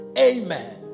Amen